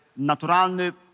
naturalny